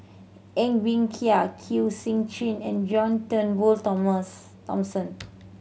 Ng Bee Kia Kwek Siew Jin and John Turnbull Thomas Thomson